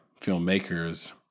filmmakers